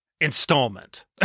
installment